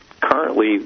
currently